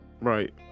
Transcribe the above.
right